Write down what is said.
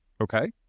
Okay